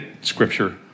scripture